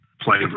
play